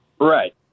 Right